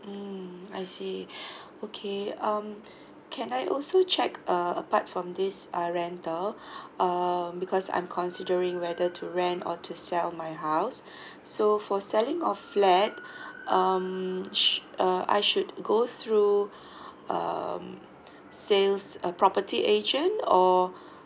mm I see okay um can I also check uh apart from these uh rental um because I'm considering whether to rent or to sell my house so for selling of flat um sh~ uh I should go through um sales a property agent or